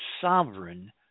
sovereign